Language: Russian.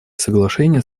соглашения